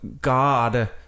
God